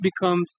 becomes